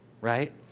right